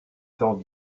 temps